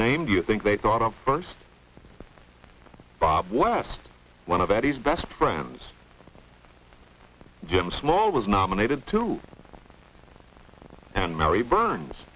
name do you think they thought of first bob was one of eddie's best friends jim small was nominated to an mary burns